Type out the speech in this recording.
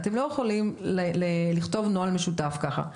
נאמר לנו שאנחנו לא יכולים לכתוב נוהל משותף ככה.